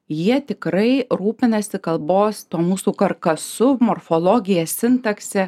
jie tikrai rūpinasi kalbos tuo mūsų karkasu morfologija sintakse